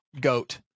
goat